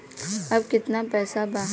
अब कितना पैसा बा?